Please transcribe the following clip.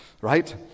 right